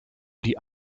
die